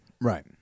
right